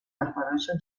رهبرانشان